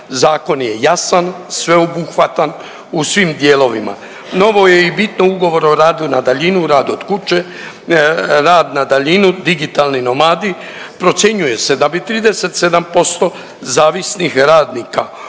Zakon je jasan, sveobuhvatan u svim dijelovima, novo je i bitno ugovor o radu na daljinu, rad od kuće, rad na daljinu, digitalni nomadi. Procjenjuje se da bi 37% zavisnih radnika u